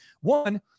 One